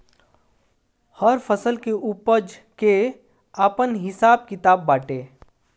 हर फसल के उपज के आपन हिसाब किताब बाटे